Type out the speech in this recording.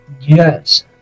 yes